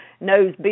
knows